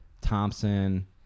Thompson